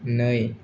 नै